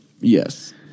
Yes